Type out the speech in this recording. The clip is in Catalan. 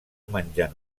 menjar